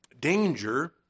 danger